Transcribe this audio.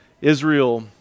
Israel